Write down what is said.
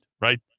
right